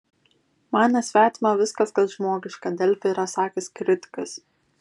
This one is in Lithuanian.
man nesvetima viskas kas žmogiška delfi yra sakęs kritikas